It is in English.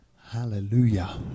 Hallelujah